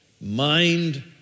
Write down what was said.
mind